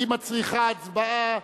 היא מצריכה הצבעה.